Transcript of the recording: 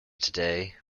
today